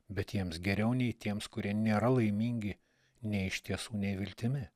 bet jiems geriau nei tiems kurie nėra laimingi nei iš tiesų neviltimi